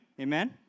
amen